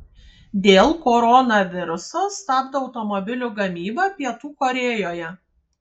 dėl koronaviruso stabdo automobilių gamybą pietų korėjoje